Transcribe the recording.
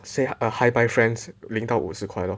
say hi bye friends 领到五十块 lor